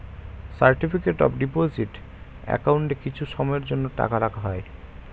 certificate of deposit অ্যাকাউন্টে কিছু সময়ের জন্য টাকা রাখা হয়